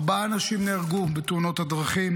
ארבעה אנשים נהרגו בתאונות הדרכים.